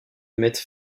mettre